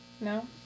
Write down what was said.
No